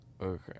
Okay